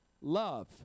love